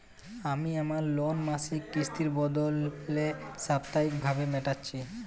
আমি আমার লোন মাসিক কিস্তির বদলে সাপ্তাহিক ভাবে মেটাচ্ছি